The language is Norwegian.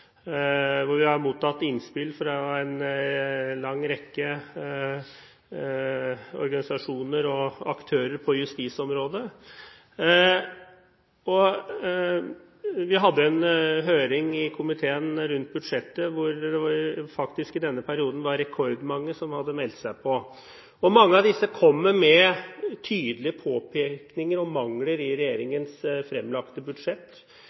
hvor vi har mottatt innspill fra en lang rekke organisasjoner og aktører på justisområdet. Vi hadde en høring om budsjettet i komiteen, hvor det i denne perioden faktisk var rekordmange som hadde meldt seg på. Mange av disse kom med tydelige påpekninger om mangler i regjeringens fremlagte budsjett,